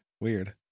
weird